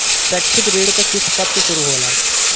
शैक्षिक ऋण क किस्त कब से शुरू होला?